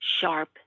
sharp